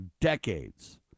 decades